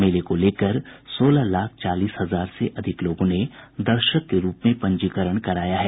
मेले को लेकर सोलह लाख चालीस हजार से अधिक लोगों ने दर्शक के रूप में पंजीकरण कराया है